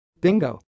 Bingo